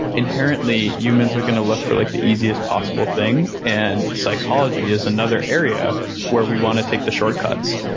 inherently, humans are going to look for like the easiest possible thing, and psychology is another area where we want to take the shortcuts.